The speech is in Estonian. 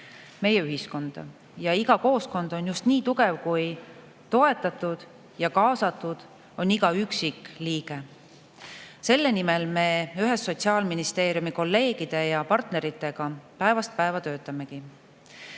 meie ühiskonda. Iga kooskond on just nii tugev, kui toetatud ja kaasatud on iga üksikliige. Selle nimel me ühes Sotsiaalministeeriumi kolleegide ja partneritega päevast päeva töötamegi.